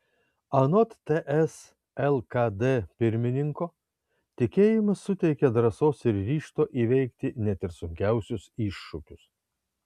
anot ts lkd pirmininko tikėjimas suteikia drąsos ir ryžto įveikti net ir sunkiausius iššūkius